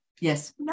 yes